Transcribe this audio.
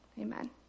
Amen